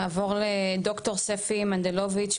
נעבור לד"ר ספי מנדלוביץ',